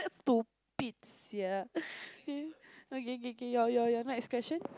stupid sia okay kay kay your your next question